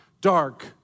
dark